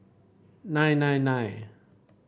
nine nine nine